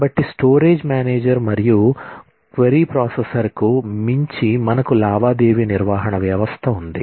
కాబట్టి storage manager మరియు query ప్రాసెసర్కు మించి మనకు లావాదేవీ నిర్వహణ వ్యవస్థ ఉంది